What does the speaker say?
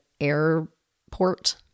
airport